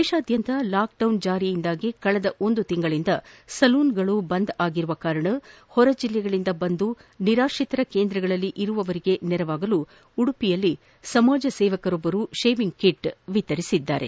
ದೇಶಾದ್ಯಂತ lockdown ಜಾರಿಯಿಂದಾಗಿ ಕಳೆದ ಒಂದು ತಿಂಗಳಿಂದ ಸಲೂನ್ಗಳು ಬಂದ್ ಆಗಿರುವ ಕಾರಣ ಹೊರ ಜಿಲ್ಲೆಯಿಂದ ಬಂದು ನಿರಾತ್ರಿತರ ಕೇಂದ್ರದಲ್ಲಿ ಇರುವವರಿಗೆ ನೆರವಾಗಲು ಉಡುಪಿಯಲ್ಲಿ ಸಮಾಜ ಸೇವಕರೊಬ್ಬರು ಶೇವಿಂಗ್ ಕಿಟ್ ವಿತರಿಸಿದ್ದಾರೆ